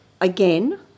again